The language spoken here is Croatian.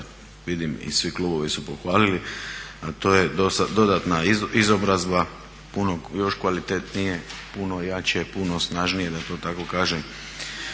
vidim i svi klubovi su pohvalili, a to je dodatna izobrazba, još kvalitetnije, puno jače, puno snažnije da to tako kažem